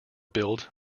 billed